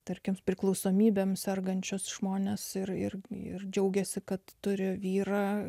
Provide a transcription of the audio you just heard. tarkim priklausomybėmis sergančius žmones ir ir ir džiaugėsi kad turi vyrą